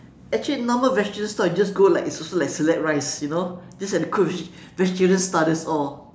actually normal vegetarian store you just go like it's also like select rice you know just at that they cook with vegetarian style that's all